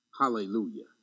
Hallelujah